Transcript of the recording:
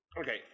Okay